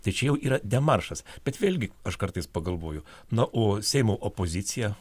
tai čia jau yra demaršas bet vėlgi aš kartais pagalvoju na o seimo opozicija